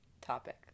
topic